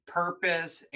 purpose